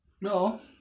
no